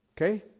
Okay